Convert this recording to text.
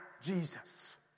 Jesus